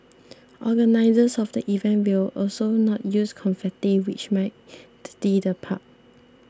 organisers of the event will also not use confetti which might dirty the park